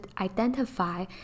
identify